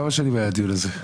כמה שנים היה הדיון הזה.